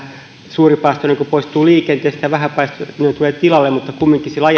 suuripäästöinen poistuu liikenteestä ja vähäpäästöinen tulee tilalle kumminkin sillä